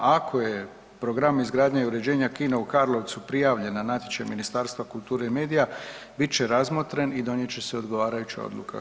Ako je program izgradnje i uređenja kina u Karlovcu prijavljen na natječaj Ministarstva kulture i medija, bit će razmotren i donijet će se odgovarajuća odluka.